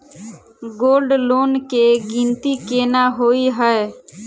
Gold loan केँ गिनती केना होइ हय?